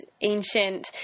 ancient